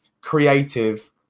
creative